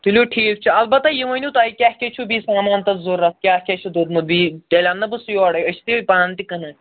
تُلِو ٹھیٖک چھُ البتہ یہِ ؤنِو تۄہہِ کیٛاہ کیٛاہ چھُو بیٚیہِ سامان تَتھ ضروٗرت کیٛاہ کیٛاہ چھُ دوٚدمُت بیٚیہِ تیٚلہِ اَنہٕ نا بہٕ سُہ یورے أسۍ تہِ چھِ پانہٕ تہِ کٕنان